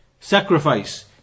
sacrifice